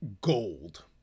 gold